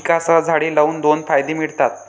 पिकांसह झाडे लावून दोन फायदे मिळतात